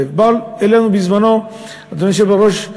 באה אלינו בזמנו, אדוני היושב-ראש,